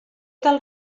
cal